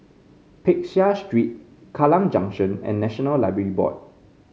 Peck Seah Street Kallang Junction and National Library Board